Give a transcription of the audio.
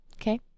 Okay